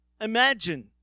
Imagine